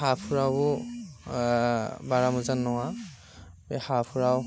हाफ्रावबो बारा मोजां नङा बे हाफ्राव